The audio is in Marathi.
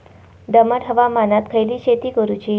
दमट हवामानात खयली शेती करूची?